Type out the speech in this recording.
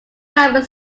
common